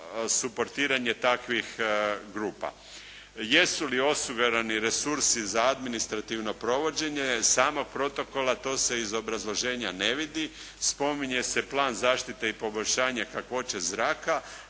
suportiranje takvih grupa. Jesu li osigurani resursi za administrativno provođenje samog protokola to se iz obrazloženja ne vidi. Spominje se plan zaštite i poboljšanje kakvoće zraka